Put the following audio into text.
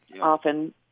often